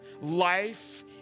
life